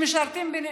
שמשרתים בנאמנות.